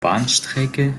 bahnstrecke